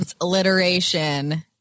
alliteration